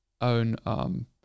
own